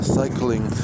cycling